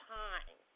time